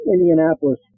Indianapolis